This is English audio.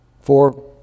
Four